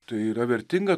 tai yra vertinga